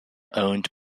owned